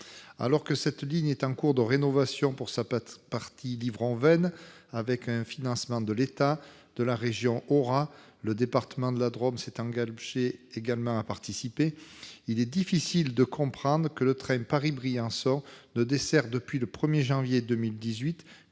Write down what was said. Alors que cette ligne est en cours de rénovation sur sa partie Livron-Veynes, avec un financement de l'État et de la région AURA, et que le département de la Drôme s'est également engagé à participer, il est difficile de comprendre que le train Paris-Briançon ne desserve, depuis le 1 janvier 2018,